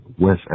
West